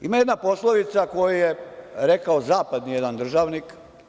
Ima jedna poslovica koju je rekao jedan zapadni državnik.